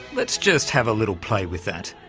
let's just have a little play with that.